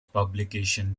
publication